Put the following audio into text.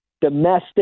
domestic